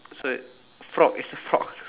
so frog it's a frog